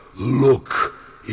Look